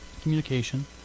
communication